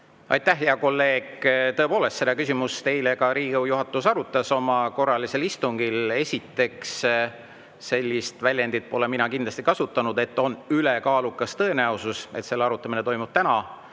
Aitäh, hea kolleeg! Tõepoolest, seda küsimust eile ka Riigikogu juhatus arutas oma korralisel istungil. Esiteks, sellist väljendit pole mina kindlasti kasutanud, et on "ülekaalukas tõenäosus", et selle arutamine toimub täna.